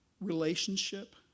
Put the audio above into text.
relationship